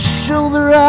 shoulder